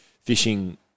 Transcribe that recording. fishing